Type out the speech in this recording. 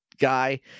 guy